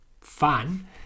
fun